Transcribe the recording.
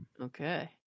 Okay